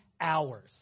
hours